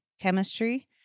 chemistry